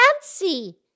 fancy